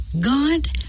God